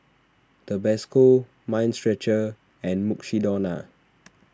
Tabasco Mind Stretcher and Mukshidonna